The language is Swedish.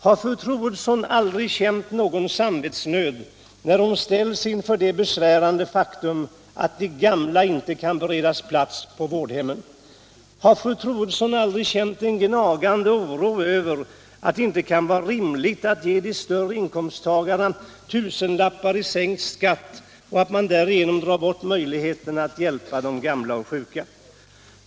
Har fru Troedsson aldrig känt någon samvetsnöd när hon ställts inför det besvärande faktum att de gamla inte kan beredas plats på vårdhemmen? Har fru Troedsson aldrig känt en gnagande oro över at! det inte kan vara rimligt att ge de större inkomsttagarna tusenlappar i sänkt statsskatt och att man därigenom drar bort möjligheterna att hjälpa de gamla och sjuka?